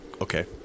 Okay